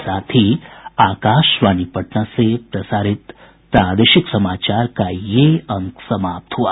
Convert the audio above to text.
इसके साथ ही आकाशवाणी पटना से प्रसारित प्रादेशिक समाचार का ये अंक समाप्त हुआ